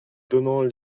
donnant